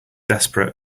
desperate